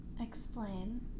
Explain